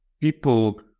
people